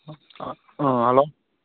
ꯑꯥ ꯑꯥ ꯍꯂꯣ